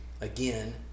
again